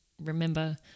remember